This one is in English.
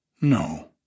no